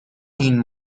این